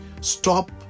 Stop